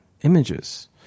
images